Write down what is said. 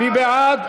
מי בעד?